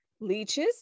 leeches